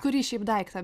kurį šiaip daiktą